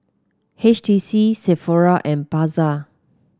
H T C Sephora and Pasar